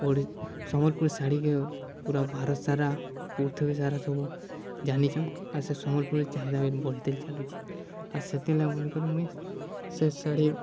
ସମ୍ବଲ୍ପୁରୀ ଶାଢ଼ୀକେ ପୁରା ଭାରତ୍ ସାରା ପୃଥବୀ ସାରା ସବୁ ଜାନିଚନ୍ ସେ ସମ୍ବଲ୍ପୁରୀ ଚାହିଦା ବିି ବଢ଼ିତେଲ୍ ଚାଲୁଛେ ଆର୍ ସେଥିର୍ଲାଗି ବଲିକରି ମୁଇଁ ସେ ଶାଢ଼ୀ